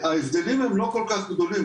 ההבדלים הם לא כל כך גדולים,